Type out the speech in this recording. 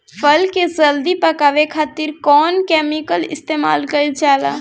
फल के जल्दी पकावे खातिर कौन केमिकल इस्तेमाल कईल जाला?